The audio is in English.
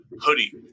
hoodie